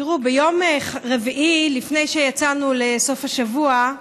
תראו, ביום רביעי, לפני שיצאנו לסוף השבוע,